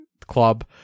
club